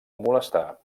molestar